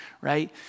Right